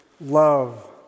love